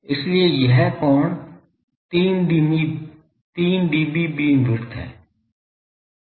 इसलिए यह कोण 3 dB बीम विड्थ है